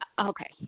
Okay